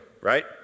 right